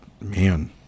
man